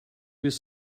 was